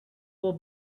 will